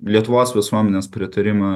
lietuvos visuomenės pritarimą